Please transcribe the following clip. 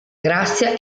grazia